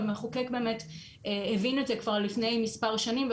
והמחוקק הבין את זה כבר לפני מספר שנים,